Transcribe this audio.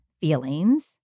feelings